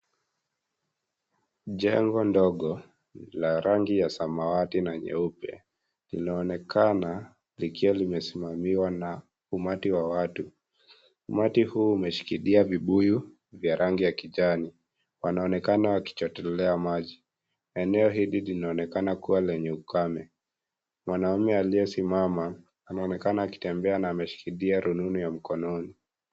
Jengo ndogo la rangi ya samawati na nyeupe linaonekana likiwa limesimamiwa na umati wa watu. Umati huu umeshikilia vibuyu vya rangi ya kiijani wanaonekana wakichotelelea maji, Eneo hili linaonekana kuwa lenye ukame , mwanaume aliyesimama anaonekana akitembea na ameshikilia rununu ya mkononi.